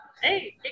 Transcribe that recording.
Hey